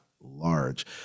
large